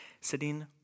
sitting